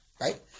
Right